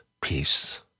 peace